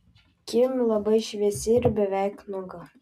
kim labai šviesi ir beveik nuoga